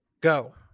go